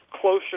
closer